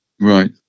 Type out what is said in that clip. Right